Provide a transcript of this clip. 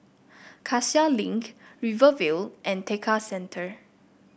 Cassia Link Rivervale and Tekka Centre